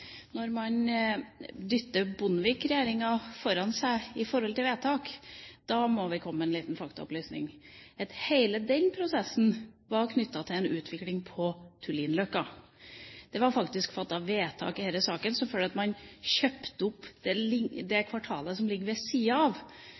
Når man dytter Bondevik-regjeringa foran seg når det gjelder vedtak, må vi komme med en liten faktaopplysning om at hele den prosessen var knyttet til en utvikling på Tullinløkka. Det ble faktisk fattet vedtak i denne saken som førte til at man kjøpte opp det